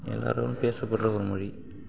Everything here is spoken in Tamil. எல்லாரும் பேசப்படுகிற ஒரு மொழி